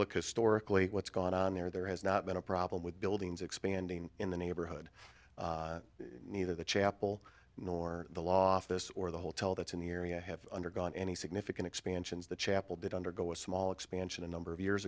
look historically at what's gone on there there has not been a problem with buildings expanding in the neighborhood neither the chapel nor the law office or the hotel that's in the area have undergone any significant expansions the chapel did undergo a small expansion a number of years